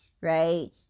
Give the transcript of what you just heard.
right